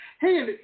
hey